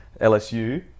LSU